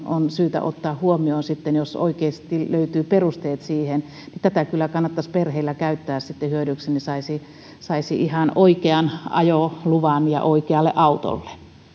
on syytä ottaa huomioon sitten jos oikeasti löytyvät perusteet siihen tätä kyllä kannattaisi perheiden käyttää hyödyksi niin että saisi ihan oikean ajoluvan ja oikealle autolle